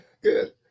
Good